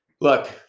Look